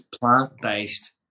plant-based